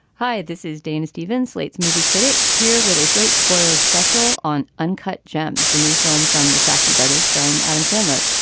hi, this is dana stevens, slate's movie critic here with a slate spoiler special on uncut gems, the new film from the safdie brothers starring adam sandler.